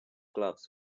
gloves